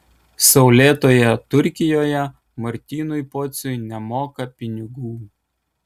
saulėtoje turkijoje martynui pociui nemoka pinigų